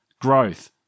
Growth